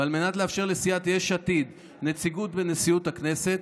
ועל מנת לאפשר לסיעת יש עתיד נציגות בנשיאות הכנסת,